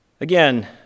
Again